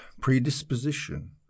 predisposition